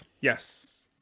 Yes